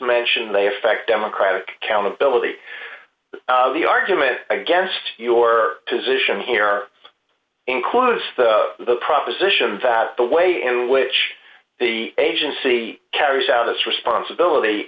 mentioned they affect democratic accountability the argument against your position here includes the proposition that the way in which the agency carries out its responsibility